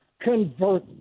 convert